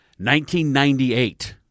1998